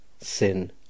sin